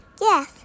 Yes